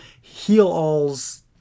heal-alls